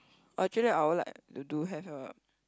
actually I would like to do have a